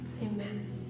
Amen